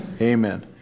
Amen